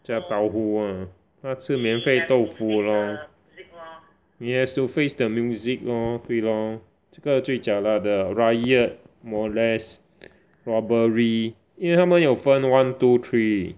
jia tao hu ah 他吃免费豆腐 lor he has to face the music lor 对 loh 这个最 jialat 的 riot molest robbery 因为他们有分 one two three